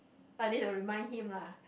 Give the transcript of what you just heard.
but they will remind him lah